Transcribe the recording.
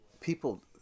People